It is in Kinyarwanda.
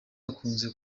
akunze